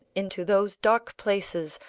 into those dark places,